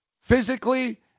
physically